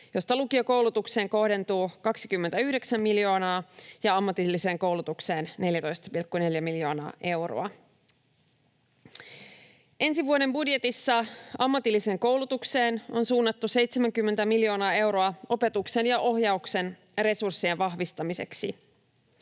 josta lukiokoulutukseen kohdentuu 29 miljoonaa ja ammatilliseen koulutukseen 14,4 miljoonaa euroa. Ensi vuoden budjetissa ammatilliseen koulutukseen on suunnattu 70 miljoonaa euroa opetuksen ja ohjauksen resurssien vahvistamiseksi.